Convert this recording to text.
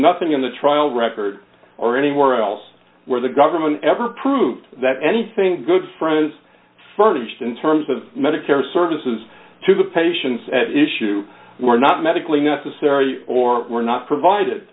nothing in the trial record or anywhere else where the government ever proved that anything good friends furnished in terms of medicare services to the patients at issue were not medically necessary or were not provided